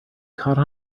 caught